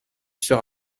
sur